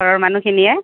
ঘৰৰ মানুখিনিয়ে